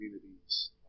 communities